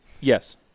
yes